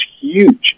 huge